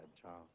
charles